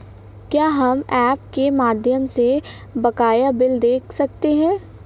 क्या हम ऐप के माध्यम से बकाया बिल देख सकते हैं?